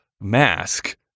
mask